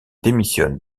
démissionne